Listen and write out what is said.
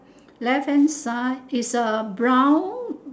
left hand side is a brown